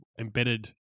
embedded